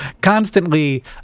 constantly